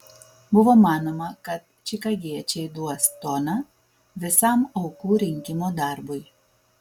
buvo manoma kad čikagiečiai duos toną visam aukų rinkimo darbui